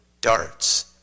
darts